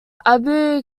abu